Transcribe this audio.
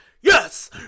yes